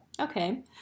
Okay